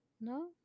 no